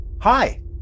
Hi